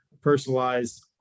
personalized